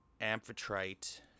Amphitrite